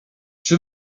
czy